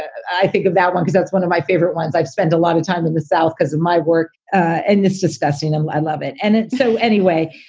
i think of that one because that's one of my favorite ones. i've spent a lot of time in the south because of my work, and it's disgusting and i love it. and so anyway,